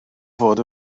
fod